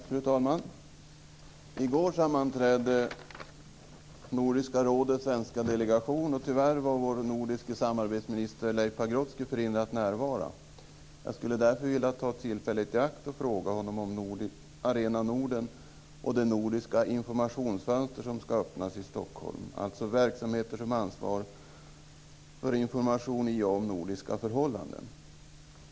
Fru talman! I går sammanträdde Nordiska rådets svenska delegation. Tyvärr var vår nordiska samarbetsminister Leif Pagrotsky förhindrad att närvara. Jag skulle därför vilja ta tillfället i akt och fråga honom om Arena Norden och det nordiska informationsfönster som ska öppnas i Stockholm. Det är alltså verksamheter som har ansvar för informationen om nordiska förhållanden.